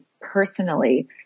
personally